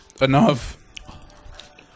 Enough